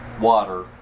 water